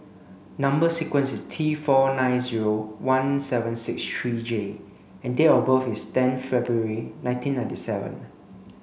number sequence is T four nine zero one seven six three J and date of birth is ten February nineteen ninety seven